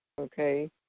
okay